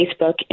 Facebook